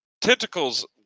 tentacles